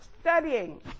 studying